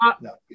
No